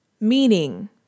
Meaning